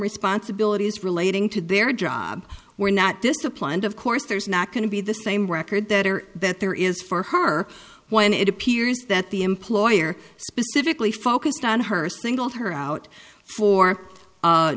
responsibilities relating to their job were not disciplined of course there's not going to be the same record that or that there is for her when it appears that the employer specifically focused on her singled her out for